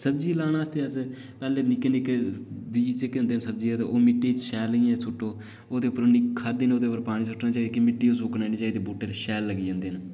सब्ज़ी लाने आस्ते अस पैह्ले निक्के निक्के बीऽ जेह्के सब्ज़ी दे मि'ट्टी च शैल इ'यां सु'ट्टो ते ओह्दे उप्पर खाद देन पानी सुट्टना चाहिदा कि मि'ट्टी सुकनी नेई चाहिदी बूह्टे शैल लग्गी जदें न